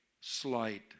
slight